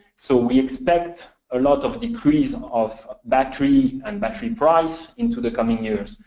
so we expect a lot of decrease of battery and battery price into the coming years.